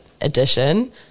edition